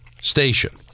station